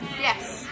Yes